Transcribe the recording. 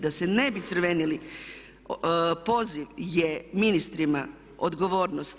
Da se ne bi crvenili poziv je ministrima odgovornost.